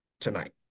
tonight